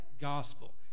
gospel